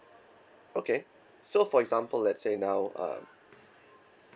okay so for example let's say now uh